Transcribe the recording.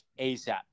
ASAP